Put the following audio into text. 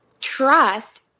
trust